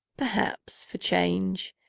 perhaps, for change,